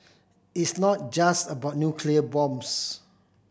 it's not just about nuclear bombs